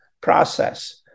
process